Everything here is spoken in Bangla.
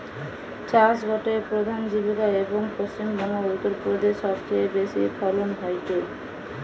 চাষ গটে প্রধান জীবিকা, এবং পশ্চিম বংগো, উত্তর প্রদেশে সবচেয়ে বেশি ফলন হয়টে